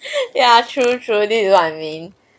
ya true truly what I mean